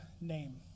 name